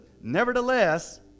nevertheless